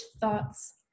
thoughts